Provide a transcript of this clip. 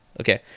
Okay